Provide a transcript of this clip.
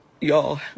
y'all